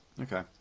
Okay